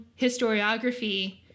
historiography